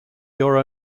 your